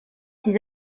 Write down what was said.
ses